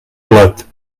plat